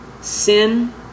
sin